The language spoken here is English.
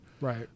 Right